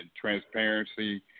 transparency